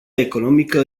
economică